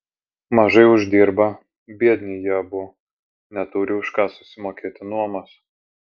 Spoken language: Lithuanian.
mažai uždirba biedni jie abu neturi už ką susimokėti nuomos